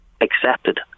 accepted